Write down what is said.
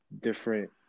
different